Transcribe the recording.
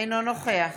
אינו נוכח